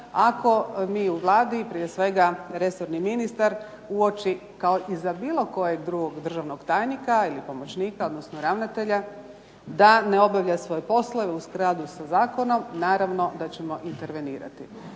ako mi u Vladi, prije svega resorni ministar, uoči kao i za bilo kojeg drugog državnog tajnika ili pomoćnika odnosno ravnatelja da ne obavlja svoje poslove u skladu sa zakonom naravno da ćemo intervenirati